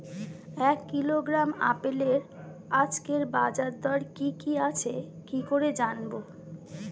এক কিলোগ্রাম আপেলের আজকের বাজার দর কি কি আছে কি করে জানবো?